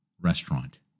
restaurant